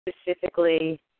Specifically